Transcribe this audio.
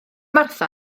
martha